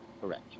Correct